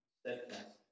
steadfast